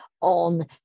on